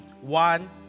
One